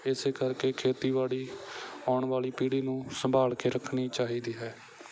ਇਸ ਕਰਕੇ ਖੇਤੀਬਾੜੀ ਆਉਣ ਵਾਲੀ ਪੀੜ੍ਹੀ ਨੂੰ ਸੰਭਾਲ ਕੇ ਰੱਖਣੀ ਚਾਹੀਦੀ ਹੈ